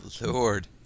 Lord